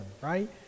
right